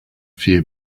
fear